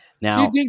Now